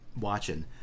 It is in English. watching